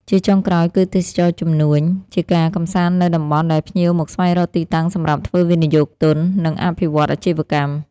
ជាចុងក្រោយ គឺទេសចរណ៍ជំនួញ ជាការកំសាន្តនៅតំបន់ដែលភ្ញៀវមកស្វែងរកទីតាំងសម្រាប់ធ្វើវិយោគទុន និងអភិវឌ្ឍអាជីវកម្ម។